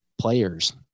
players